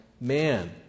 man